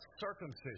circumcision